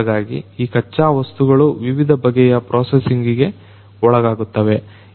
ಹಾಗಾಗಿ ಈ ಖಚ್ಚಾ ವಸ್ತುಗಳು ವಿವಿಧ ಬಗೆಯ ಪ್ರೊಸೆಸ್ಸಿಂಗ್ಗೆ ಒಳಗಾಗುತ್ತವೆ